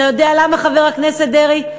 אתה יודע למה, חבר הכנסת דרעי?